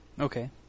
Okay